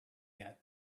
yet